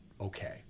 okay